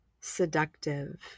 seductive